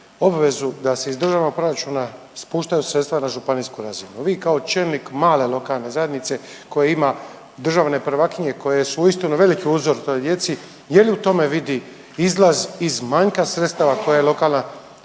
obvezu da se iz državnog proračuna spuštaju sredstva na županijsku razinu, vi kao čelnik male lokalne zajednice koja ima državne prvakinje koje su uistinu veliki uzor toj djeci je li u tome vidi izlaz iz manjka sredstava koja lokalna